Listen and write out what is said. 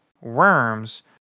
worms